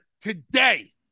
today